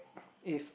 if